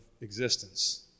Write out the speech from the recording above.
existence